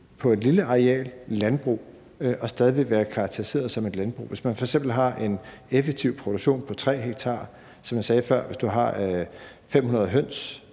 på et lille areal og stadig være karakteriseret som et landbrug. Hvis man f.eks. har en effektiv produktion på 3 ha, som jeg sagde før, hvis du har 500 høns